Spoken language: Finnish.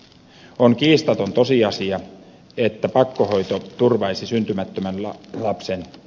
on kiistaton tosiasia että pakkohoito turvaisi syntymättömän lapsen edut